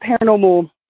paranormal